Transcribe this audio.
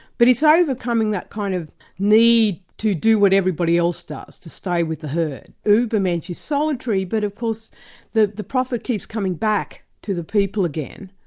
but it's ah overcoming that kind of need to do what everybody else does, to stay with the herd. ubermensch is solitary, but of course the the prophet keeps coming back to the people again,